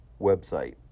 website